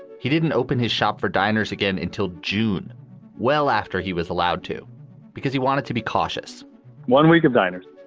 he didn't open his shop for diners again until june well, after he was allowed to because he wanted to be cautious one week of diners